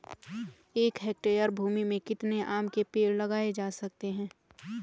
एक हेक्टेयर भूमि में कितने आम के पेड़ लगाए जा सकते हैं?